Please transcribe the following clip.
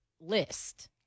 list